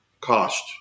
cost